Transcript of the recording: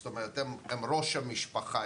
הם ראשי המשפחות,